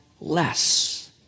less